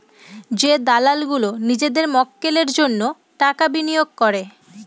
যে দালাল গুলো নিজেদের মক্কেলের জন্য টাকা বিনিয়োগ করে